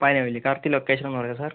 Panoli correct location ഒന്ന് പറയുമൊ sir